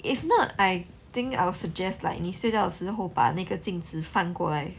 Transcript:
if not I think I will suggest like 你睡觉时时候把那个镜子翻过来